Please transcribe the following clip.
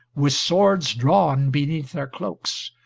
with swords drawn beneath their cloaks,